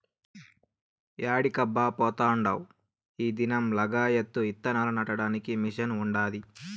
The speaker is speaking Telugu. యాడికబ్బా పోతాండావ్ ఈ దినం లగాయత్తు ఇత్తనాలు నాటడానికి మిషన్ ఉండాది